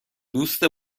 دوست